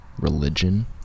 religion